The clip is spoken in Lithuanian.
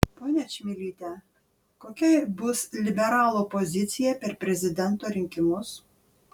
ponia čmilyte kokia bus liberalų pozicija per prezidento rinkimus